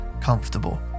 comfortable